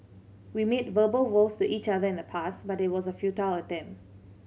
we made verbal vows to each other in the past but it was a futile attempt